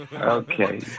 Okay